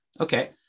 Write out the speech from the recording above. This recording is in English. Okay